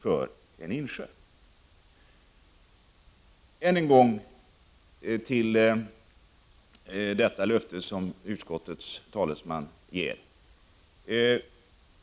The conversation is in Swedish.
Jag återkommer till det löfte som utskottets talesman ger.